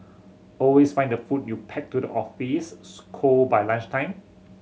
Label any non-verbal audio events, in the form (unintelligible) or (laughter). always find the food you pack to the office (unintelligible) cold by lunchtime